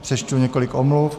Přečtu několik omluv.